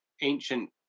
ancient